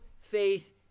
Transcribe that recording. faith